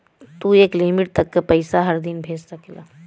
तू एक लिमिट तक के पइसा हर दिन भेज सकला